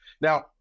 Now